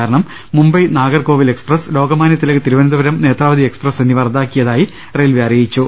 കാരണം മുംബൈ നാഗർകോവിൽ എക്സ്പ്രസ്സ് ലോകമാന്യതിലക് തിരുവന ന്തപുരം നേത്രാവതി എക്സ്പ്രസ്സ് എന്നിവ റദ്ദാക്കിയതായി റെയിൽവെ അറിയി ച്ചു